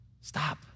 Stop